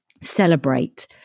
celebrate